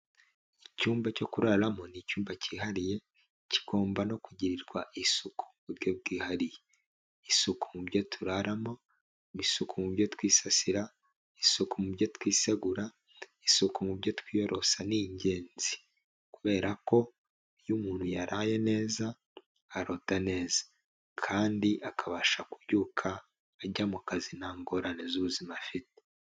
Icyumba cyo kuraramo ni icyumba cyihariye, kigomba no kugirirwa isuku ku buryo bwihariye. Isuku mu byo turaramo, isuku mu byo twisasira, isuku mu byo twisegura, isuku mu byo twiyorosa ni ingenzi, kubera ko iyo umuntu yaraye neza, arota neza. Kandi akabasha kubyuka ajya mu kazi nta ngorane z'ubuzima afite.